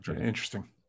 Interesting